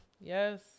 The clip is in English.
Yes